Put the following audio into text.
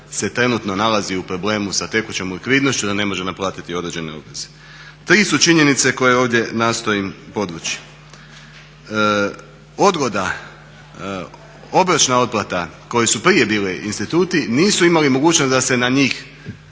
se trenutno nalazi u problemu sa tekućom likvidnošću da ne može naplatiti određene obveze. Tri su činjenice koje ovdje nastojim podvući. Odgoda, obročna otplata koje su prije bile instituti nisu imali mogućnost da se na njih,